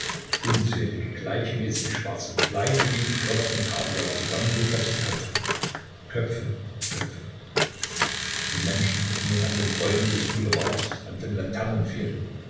unzählige gleichmäßig schwarze kleine wie die körner von kaviar zusammengepreßte köpfe köpfe köpfe die menschen hingen an den bäumen des boulevards an den